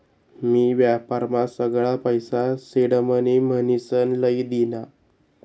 मी व्यापारमा सगळा पैसा सिडमनी म्हनीसन लई दीना